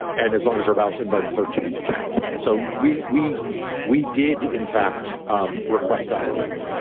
and as long as our ballots and by the thirteenth count, so we we we did in fact um request that relief.